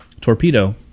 Torpedo